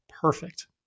Perfect